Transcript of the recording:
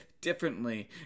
differently